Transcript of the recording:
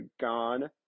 gone